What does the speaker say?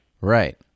Right